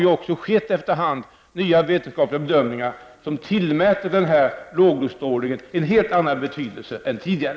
Efter hand har det också gjorts nya vetenskapliga bedömningar som tillmäter den här lågdosstrålningen en helt annan betydelse än tidigare.